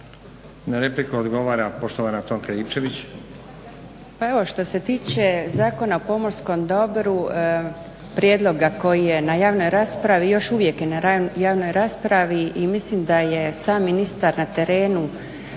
Na repliku odgovara poštovana Tonka Ivčević. **Ivčević, Tonka (SDP)** Pa evo što se tiče Zakona o pomorskom dobru, prijedloga koji je na javnoj raspravi i još uvijek je na javnoj raspravi i mislim da je sam ministar na terenu